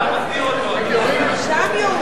שנלר,